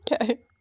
Okay